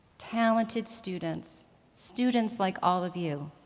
talented students students like all of you,